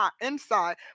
inside